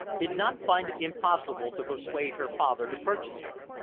did not find it impossible to persuade her father to purchase her,